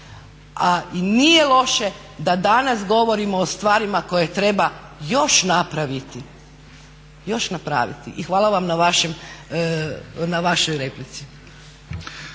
i nije loše da danas govorimo o stvarima koje treba još napraviti. I hvala vam na vašoj replici.